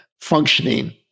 functioning